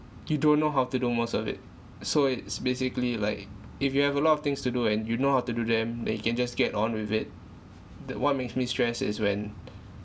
you don't know how to do most of it so it's basically like if you have a lot of things to do and you know how to do them then you can just get on with it the what makes me stress is when